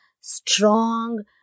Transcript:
strong